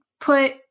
put